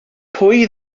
pwy